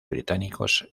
británicos